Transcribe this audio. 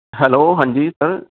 hello ਹਾਂਜੀ sir